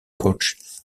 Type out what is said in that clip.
caught